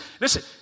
listen